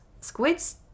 Squids